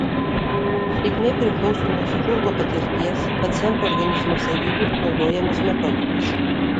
sėkmė priklauso nuo chirurgo patirties paciento organizmo savybių naudojamos metodikos